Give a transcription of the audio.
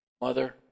Mother